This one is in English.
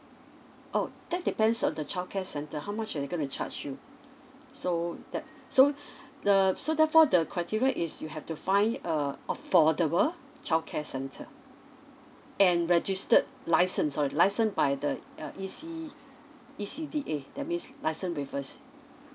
oh that depends on the childcare centre how much they going to charge you so that so the so therefore the criteria is you have to find a affordable childcare centre and registered license sorry licensed by the uh E C E C D A that means license with us